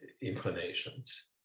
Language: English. inclinations